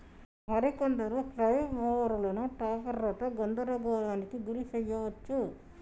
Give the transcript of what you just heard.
మరి కొందరు ఫ్లైల్ మోవరులను టాపెర్లతో గందరగోళానికి గురి శెయ్యవచ్చు